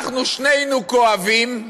אנחנו שנינו כואבים,